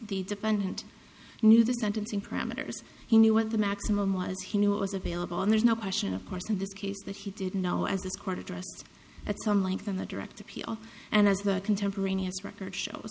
the defendant knew the sentencing parameters he knew what the maximum was he knew it was available and there's no question of course in this case that he didn't know as the court addressed at some length of the direct appeal and as the contemporaneous record shows